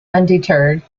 undeterred